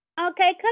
Okay